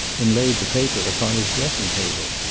and laid the paper upon his dressing-table.